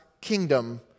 kingdom